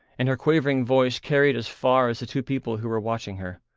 and her quavering voice carried as far as the two people who were watching her.